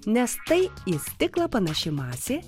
nes tai į stiklą panaši masė